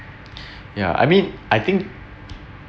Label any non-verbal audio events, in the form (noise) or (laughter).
(breath) ya I mean I think